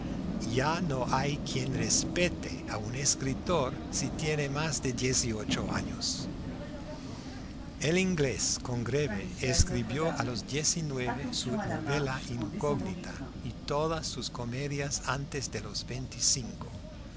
ya no hay quien respete a un escritor si tiene más de dieciocho años el inglés congreve escribió a los diecinueve su novela incógnita y todas sus comedias antes de los veinticinco